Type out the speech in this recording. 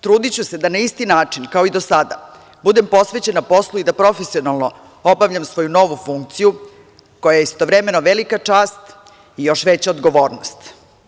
Trudiću se da na isti način, kao i do sada, budem posvećena poslu i da profesionalno obavljam svoju novu funkciju, koja je istovremeno velika čast i još veća odgovornost.